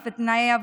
אף בתנאי עבדות.